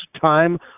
time